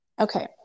okay